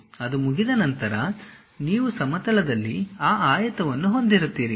ಅದು ಮುಗಿದ ನಂತರ ನೀವು ಸಮತಲದಲ್ಲಿ ಆ ಆಯತವನ್ನು ಹೊಂದಿರುತ್ತೀರಿ